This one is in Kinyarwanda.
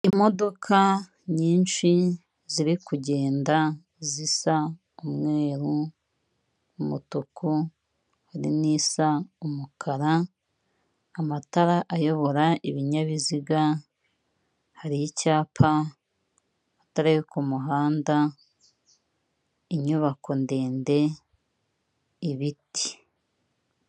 Imodoka nyinshi ziri kugenda zisa umweru, umutuku, hari n'isa umukara, amatara ayobora ibinyabiziga, hari icyapa, amatara yo ku muhanda, inyubako ndende, ibiti.